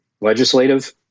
legislative